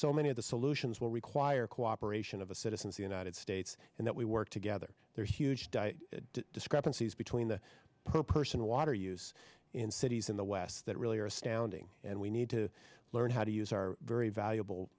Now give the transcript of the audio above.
so many of the solutions will require cooperation of the citizens united states and that we work together there's huge die discrepancies between the per person water use in cities in the west that really are astounding and we need to learn how to use our very valuable